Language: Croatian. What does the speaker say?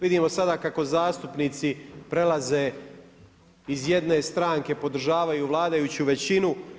Vidimo sada kako zastupnici prelaze iz jedne stranke, podržavaju vladajuću većinu.